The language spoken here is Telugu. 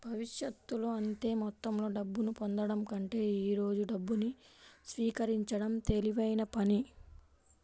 భవిష్యత్తులో అంతే మొత్తంలో డబ్బును పొందడం కంటే ఈ రోజు డబ్బును స్వీకరించడం తెలివైన పని